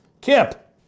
Kip